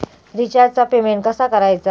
रिचार्जचा पेमेंट कसा करायचा?